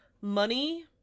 money